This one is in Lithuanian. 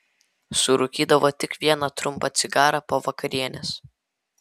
surūkydavo tik vieną trumpą cigarą po vakarienės